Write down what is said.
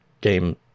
game